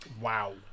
Wow